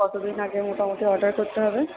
কতদিন আগে মোটামোটি অর্ডার করতে হবে